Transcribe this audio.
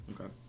Okay